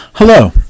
Hello